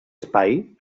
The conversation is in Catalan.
espai